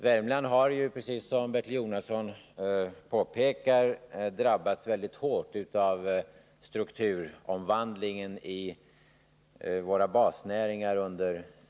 Värmland har ju, alldeles som Bertil Jonasson påpekade, under senare år drabbats mycket hårt av strukturomvandlingen inom våra basnäringar.